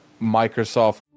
Microsoft